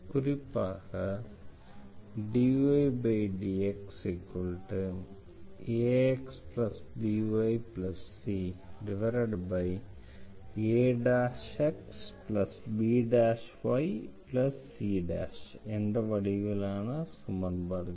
குறிப்பாக dydxaxbycaxbyc என்ற வடிவிலான சமன்பாடுகள்